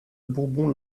bourbon